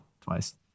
twice